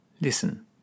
listen